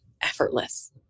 Effortless